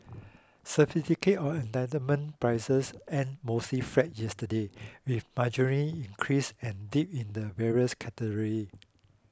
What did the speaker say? Certificate of Entitlement prices end mostly flat yesterday with marginal increase and dip in the various category